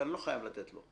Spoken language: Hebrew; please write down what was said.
אבל אני לא חייב לתת לו,